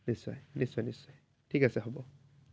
নিশ্চয় নিশ্চয় নিশ্চয় ঠিক আছে হ'ব